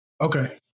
Okay